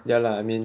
ya lah I mean